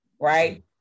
right